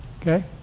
okay